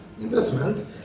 investment